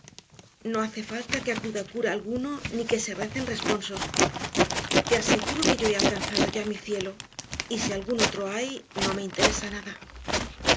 no hace falta que acuda cura alguno ni que se recen responsos te aseguro que yo he alcanzado ya mi cielo y si algún otro hay no me interesa nada